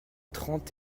trente